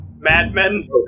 madmen